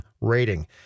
rating